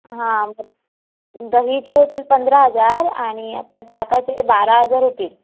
हां दहीचे होतील पंधरा हजार आणि आपल्या ताकाचे बारा हजार होतील